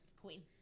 queen